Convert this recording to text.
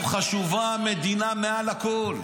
-- לנו חשובה המדינה מעל הכול.